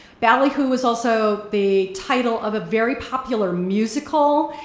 ballyhoo was also the title of a very popular musical,